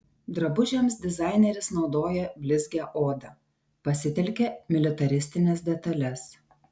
drabužiams dizaineris naudoja blizgią odą pasitelkia militaristines detales